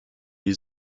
die